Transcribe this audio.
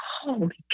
holy